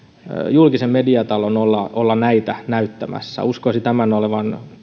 julkisen mediatalon olla olla näitä näyttämässä uskoisi tämän olevan